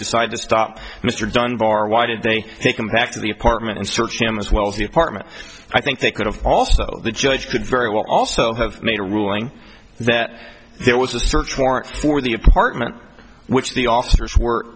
decide to stop mr dunbar why did they take him back to the apartment and search him as well as the apartment i think they could have also the judge could very well also have made a ruling that there was a search warrant for the apartment which the officers w